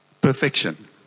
Perfection